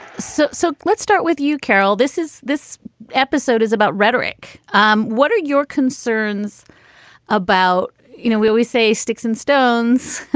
sir so let's start with you, carol. this is this episode is about rhetoric. um what are your concerns about? you know, where we say sticks and stones?